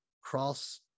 cross